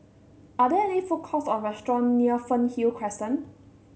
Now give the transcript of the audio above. are there food courts or restaurants near Fernhill Crescent